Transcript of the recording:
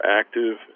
active